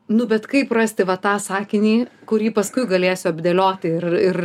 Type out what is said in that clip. nu bet kaip rasti va tą sakinį kurį paskui galėsiu apdėlioti ir ir